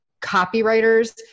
copywriters